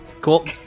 Cool